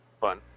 Fun